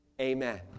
Amen